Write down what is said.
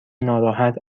ناراحت